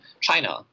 China